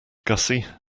gussie